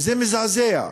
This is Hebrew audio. זה מזעזע.